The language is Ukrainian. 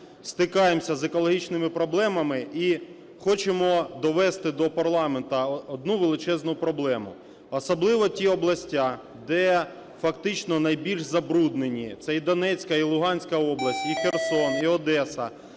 стикаємось з екологічними проблемами. І хочемо довести до парламенту одну величезну проблему. Особливо ті області, де фактично найбільш забруднені – це і Донецька, і Луганська область, і Херсон, і Одеса.